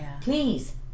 Please